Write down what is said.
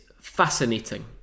fascinating